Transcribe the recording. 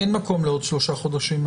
אין מקום לעוד שלושה חודשים.